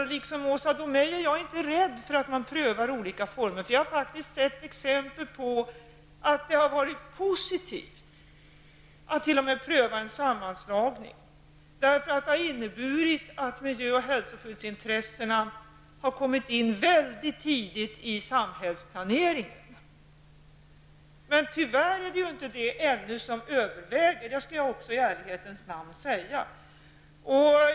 I likhet med Åsa Domeij är jag inte rädd för att pröva olika former, för jag har faktiskt t.o.m. sett exempel på positiv sammanslagning, därför att det har inneburit att miljö och hälsoskyddsintressena har kommit in på ett mycket tidigt stadium i samhällsplaneringen. Men tyvärr är det ju ännu inte detta som överväger -- det skall i ärlighetens namn också sägas.